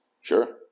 Sure